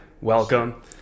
welcome